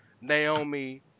Naomi